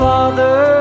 Father